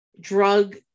drug